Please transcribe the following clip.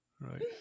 right